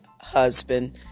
husband